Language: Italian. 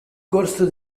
corso